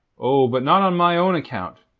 oh, but not on my own account.